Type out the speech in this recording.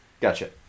Gotcha